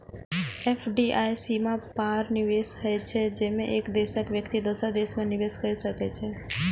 FDI सीमा पार निवेश होइ छै, जेमे एक देशक व्यक्ति दोसर देश मे निवेश करै छै